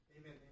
amen